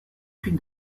plus